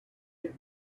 get